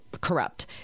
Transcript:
corrupt